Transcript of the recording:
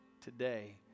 today